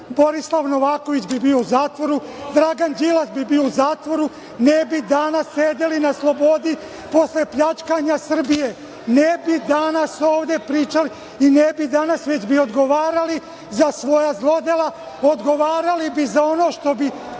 Borislav Novaković bi bio u zatvoru, Dragan Đilas bi bio u zatvoru, ne bi danas sedeli na slobodi posle pljačkanja Srbije, ne bi danas ovde pričali, već bi odgovarali za svoja zlodela. Odgovarali bi za ono što su